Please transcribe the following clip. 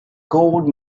gold